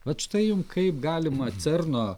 vat štai jum kaip galima cerno